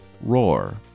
Roar